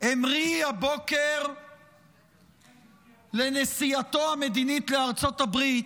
המריא הבוקר לנסיעתו המדינית לארצות הברית,